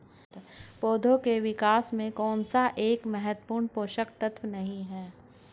पौधों के विकास में कौन सा एक महत्वपूर्ण पोषक तत्व नहीं है?